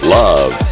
love